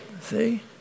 See